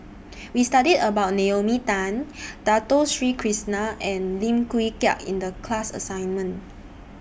We studied about Naomi Tan Dato Sri Krishna and Lim Wee Kiak in The class assignment